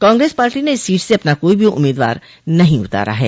Congress party ने इस seat से अपना कोई भी उम्मीदवार नहीं उतारा है